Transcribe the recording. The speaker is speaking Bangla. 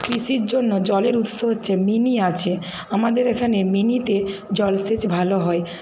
কৃষির জন্য জলের উৎস হচ্ছে মিনি আছে আমাদের এখানে মিনিতে জলসেচ ভালো হয়